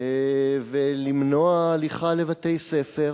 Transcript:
ולמנוע הליכה לבתי-ספר